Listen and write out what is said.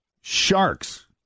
sharks